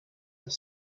have